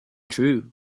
true